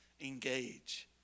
Engage